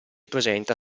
presenta